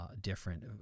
different